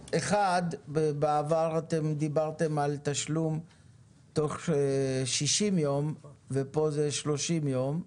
בעבר אתם דיברתם על תשלום תוך 60 יום ופה זה 30 יום.